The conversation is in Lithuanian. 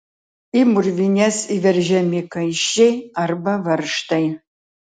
į mūrvines įveržiami kaiščiai arba varžtai